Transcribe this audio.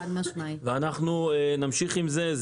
אנחנו נמשיך עם זה.